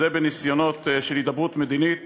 זה בניסיונות של הידברות מדינית